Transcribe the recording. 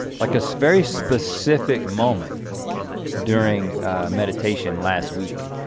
like a very specific moment during meditation last week,